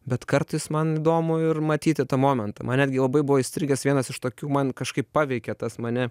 bet kartais man įdomu ir matyti tą momentą man netgi labai buvo įstrigęs vienas iš tokių man kažkaip paveikė tas mane